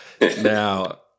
Now